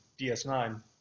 DS9